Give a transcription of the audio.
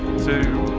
two,